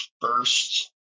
first